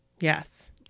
Yes